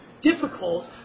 difficult